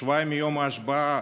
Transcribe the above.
שבועיים מיום ההשבעה,